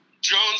Jones